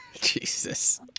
jesus